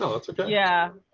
no, it's okay. yeah,